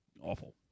awful